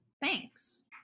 Thanks